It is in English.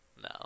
No